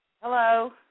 Hello